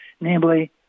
namely